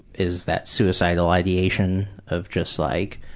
is that suicidal ideation of just like,